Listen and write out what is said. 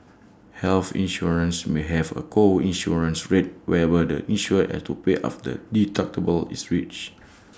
health insurance may have A co insurance rate whereby the insured has to pay after the deductible is reached